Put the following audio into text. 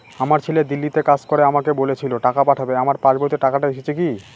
আমার ছেলে দিল্লীতে কাজ করে আমাকে বলেছিল টাকা পাঠাবে আমার পাসবইতে টাকাটা এসেছে কি?